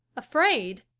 afraid?